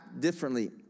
differently